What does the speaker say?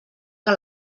que